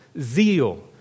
zeal